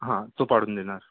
हां तो पाडून देणार